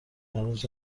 هنوز